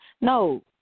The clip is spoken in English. No